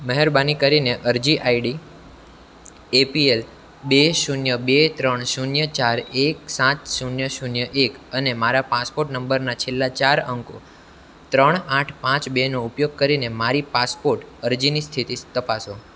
મહેરબાની કરીને અરજી આઈડી એપીએલ બે શૂન્ય બે ત્રણ શૂન્ય ચાર એક સાત શૂન્ય શૂન્ય એક અને મારા પાસપોટ નંબરના છેલ્લા ચાર અંકો ત્રણ આઠ પાંચ બેનો ઉપયોગ કરીને મારી પાસપોટ અરજીની સ્થિતિ તપાસો